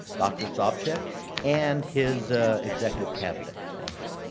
dr. sopcich and his executive cabinet. thank you.